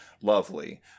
lovely